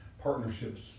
partnerships